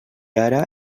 ara